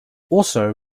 also